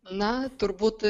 na turbūt